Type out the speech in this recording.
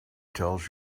tells